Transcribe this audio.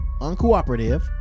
uncooperative